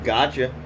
Gotcha